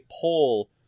poll